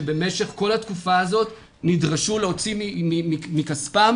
שבכל התקופה הזאת נדרשו להוציא מכספם